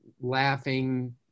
laughing